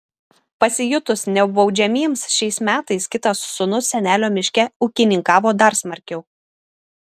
pasijutus nebaudžiamiems šiais metais kitas sūnus senelio miške ūkininkavo dar smarkiau